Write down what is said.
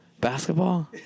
Basketball